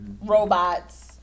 robots